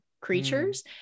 creatures